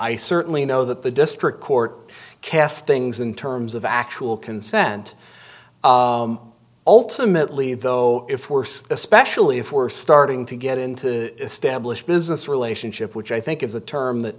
i certainly know that the district court casts things in terms of actual consent ultimately though if worse especially if we're starting to get into established business relationship which i think is the term that